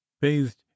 bathed